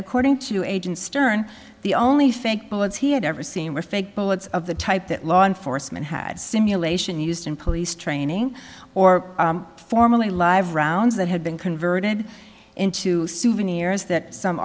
according to agent stern the only fake bullets he had ever seen were fake bullets of the type that law enforcement had simulation used in police training or formerly live rounds that had been converted into souvenirs that some